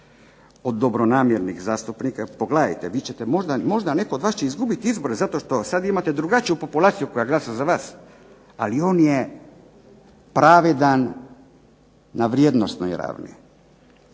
od dobronamjernih zastupnika, jer pogledajte vi ćete, možda netko od vas će izgubiti izbore zato što sad imate drugačiju populaciju koja glasa za vas, ali on je pravedan na vrijednosnoj …/Ne